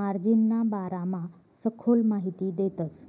मार्जिनना बारामा सखोल माहिती देतस